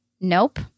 Nope